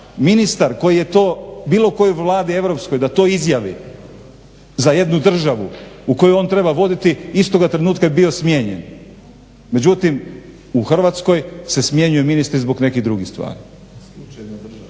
ministar koji je to, u bilo kojoj vladi europskoj da to izjavi za jednu državu koju on treba voditi istoga trenutka bi bio smijenjen. Međutim, u Hrvatskoj se smjenjuju ministri zbog nekih drugih stvari.